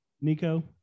Nico